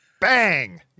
bang